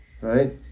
Right